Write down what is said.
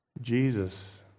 Jesus